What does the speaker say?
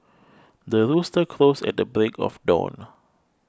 the rooster crows at the break of dawn